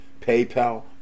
paypal